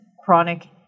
chronic